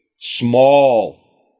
small